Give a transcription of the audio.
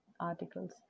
articles